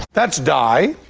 that's di.